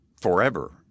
forever